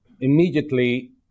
immediately